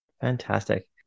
Fantastic